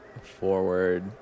forward